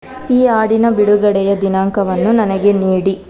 ಈ ಹಾಡಿನ ಬಿಡುಗಡೆಯ ದಿನಾಂಕವನ್ನು ನನಗೆ ನೀಡಿ